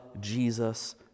Jesus